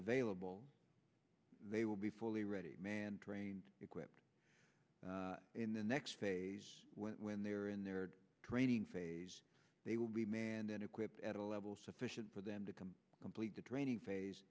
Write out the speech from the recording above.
available they will be fully ready man trained equipped in the next phase when they are in their training phase they will be manned and equipped at a level sufficient for them to come complete the training phase